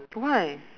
why